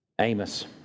Amos